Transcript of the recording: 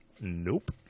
Nope